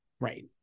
right